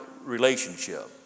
relationship